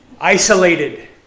isolated